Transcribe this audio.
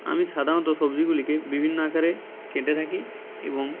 আমি সাধারণত সবজিগুলিকে বিভিন্ন আকারে কেটে থাকি এবং